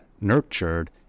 nurtured